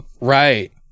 right